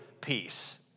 peace